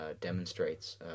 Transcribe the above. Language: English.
demonstrates